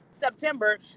September